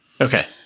Okay